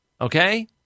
Okay